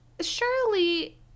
Surely